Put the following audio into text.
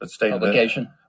publication